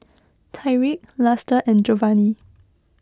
Tyrik Luster and Jovanny